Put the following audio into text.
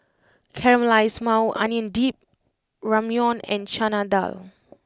Caramelized Maui Onion Dip Ramyeon and Chana Dal